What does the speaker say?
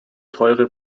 teure